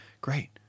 great